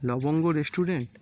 লবঙ্গ রেস্টুরেন্ট